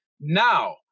Now